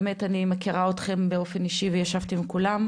אני מכירה אתכם באופן אישי וישבתי עם כולם,